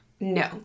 No